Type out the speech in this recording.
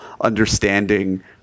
understanding